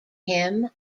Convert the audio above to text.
him